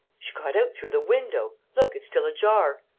she got out through the window. look, it's still ajar.